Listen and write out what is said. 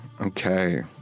Okay